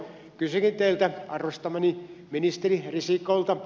kysynkin teiltä arvostamaltani ministeri risikolta